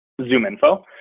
ZoomInfo